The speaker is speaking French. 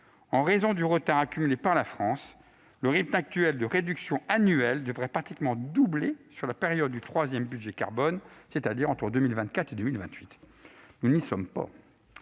en raison du retard accumulé par la France, le rythme actuel de réduction annuelle des émissions de CO2 devra pratiquement doubler sur la période du troisième budget carbone, c'est-à-dire entre 2024 et 2028. Nous n'y sommes pas